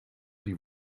die